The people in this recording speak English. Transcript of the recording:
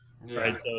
right